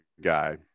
guy